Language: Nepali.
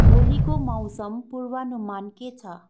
भोलिको मौसम पूर्वानुमान के छ